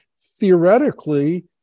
theoretically